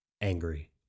angry